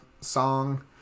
song